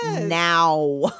now